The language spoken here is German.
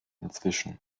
inzwischen